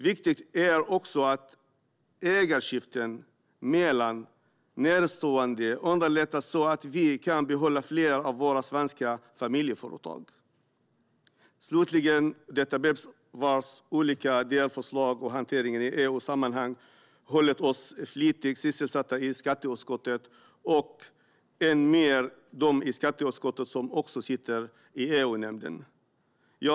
Viktigt är också att ägarskiften mellan närstående underlättas så att vi kan behålla fler av våra svenska familjeföretag. Slutligen ska jag säga några ord om BEPS, vars olika delförslag och hantering i EU-sammanhang har hållit oss i skatteutskottet och än mer de i skatteutskottet som också sitter i EU-nämnden flitigt sysselsatta.